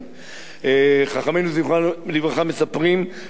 חכמינו זיכרונם לברכה מספרים שמשה רבנו דיבר